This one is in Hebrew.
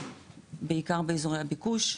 בעיקר באזורי הביקוש.